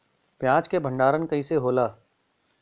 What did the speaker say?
प्याज के भंडारन कइसे होला?